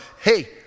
Hey